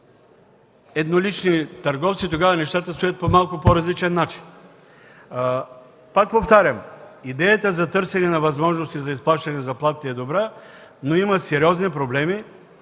еднолични търговци, тогава нещата стоят по по-различен начин. Пак повтарям, идеята за търсене на възможности за изплащане на заплатите е добра, но има сериозни проблеми.